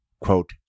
quote